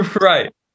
Right